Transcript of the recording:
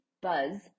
buzz